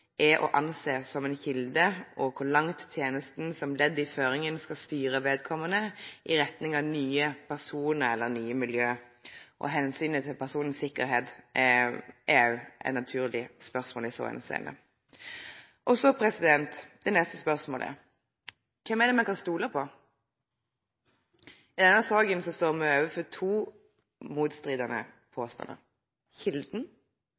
er å anse som en kilde, og om hvor langt tjenesten som ledd i føringen skal styre vedkommende i retning av nye personer eller nye miljøer. Hensynet til personens sikkerhet er også et naturlig spørsmål i så henseende. Så det neste spørsmålet: Hvem er det vi kan stole på? I denne saken står vi overfor to motstridende påstander: Kilden